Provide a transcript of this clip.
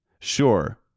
Sure